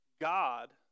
God